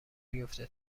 بیفته